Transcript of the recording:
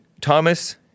Thomas